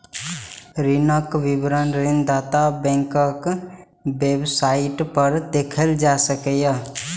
ऋणक विवरण ऋणदाता बैंकक वेबसाइट पर देखल जा सकैए